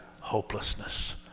hopelessness